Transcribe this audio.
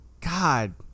God